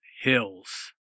Hills